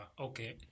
okay